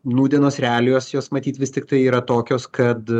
nūdienos realijos jos matyt vis tiktai yra tokios kad